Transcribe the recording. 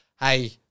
hey